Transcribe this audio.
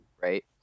right